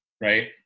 right